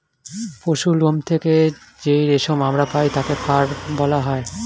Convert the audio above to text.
পশুর লোম থেকে যেই রেশম আমরা পাই তাকে ফার বলা হয়